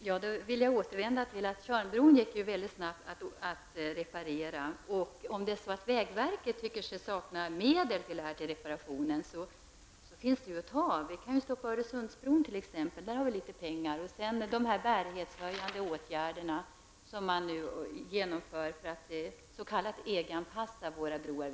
Herr talman! Jag vill då upprepa att det gick väldigt snabbt att reparera Tjörnbron. Om vägverket anser sig sakna medel till denna reparation, finns det att ta av på annat håll. Vi kan ju stoppa Öresundsbron t.ex. -- där finns det ju pengar. Man kan även avstå från de bärighetshöjande åtgärder som man nu vidtar för att, som det heter, EG-anpassa våra broar.